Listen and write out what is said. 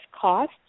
cost